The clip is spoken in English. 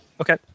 Okay